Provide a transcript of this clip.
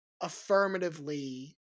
affirmatively